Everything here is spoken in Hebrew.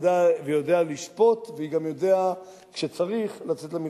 יודע לשפוט וגם יודע כשצריך לצאת למלחמה.